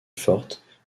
forte